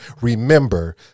Remember